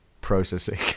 processing